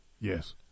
Yes